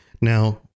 Now